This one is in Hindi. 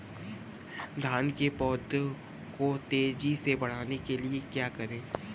धान के पौधे को तेजी से बढ़ाने के लिए क्या करें?